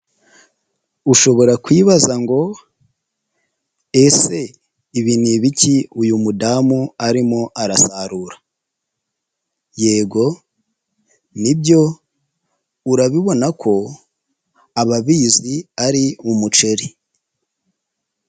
Ushobora kwibaza ngo ese ibi ni ibiki uyu mudamu arimo arasarura, yego nibyo urabibona ko ababizi ari umuceri.